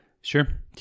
sure